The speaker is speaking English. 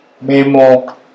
memo